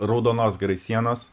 raudonos gerai sienos